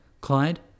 clyde